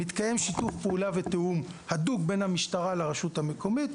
מתקיים שיתוף פעולה ותיאום הדוק בין המשטרה לרשות המקומית,